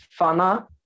Fana